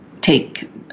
take